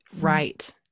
Right